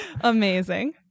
Amazing